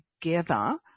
together